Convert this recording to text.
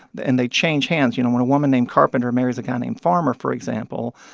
and they change hands. you know, when woman named carpenter marries a guy named farmer, for example,